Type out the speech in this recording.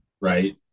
Right